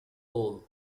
old